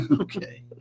Okay